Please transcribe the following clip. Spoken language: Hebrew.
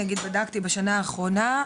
בדקתי בשנה האחרונה,